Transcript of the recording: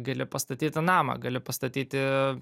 gali pastatyti namą gali pastatyti